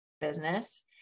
business